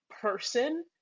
person